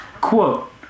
Quote